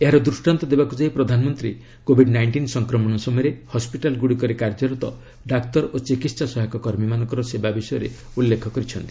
ଏହାର ଦୂଷ୍କାନ୍ତ ଦେବାକୁ ଯାଇ ପ୍ରଧାନମନ୍ତ୍ରୀ କୋବିଡ ନାଇଷ୍ଟିନ ସଂକ୍ରମଣ ସମୟରେ ହସ୍କିଟାଲଗୁଡ଼ିକରେ କାର୍ଯ୍ୟରତ ଡାକ୍ତର ଓ ଚିକିହା ସହାୟକ କର୍ମୀମାନଙ୍କ ସେବା ବିଷୟ ଉଲ୍ଲେଖ କରିଛନ୍ତି